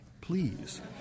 please